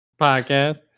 podcast